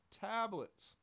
tablets